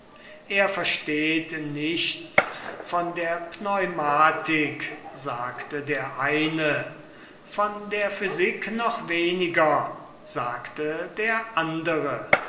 er versteht nichts von der pneumatik sagte der eine von der physik noch weniger sagte der andere